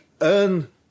earn